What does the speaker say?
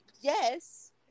yes